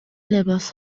لباس